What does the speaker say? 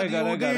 יהודים,